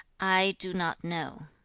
i do not know